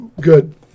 Good